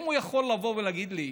האם הוא יכול לבוא ולהגיד לי: